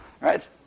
Right